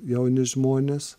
jauni žmonės